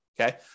Okay